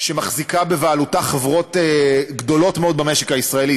שמחזיקה בבעלותה חברות גדולות מאוד במשק הישראלי,